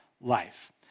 life